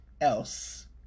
else